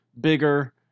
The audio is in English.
bigger